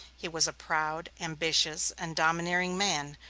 he was a proud, ambitious, and domineering man,